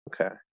Okay